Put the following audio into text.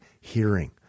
hearing